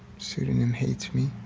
sudonym hates me.